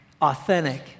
authentic